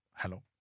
Hello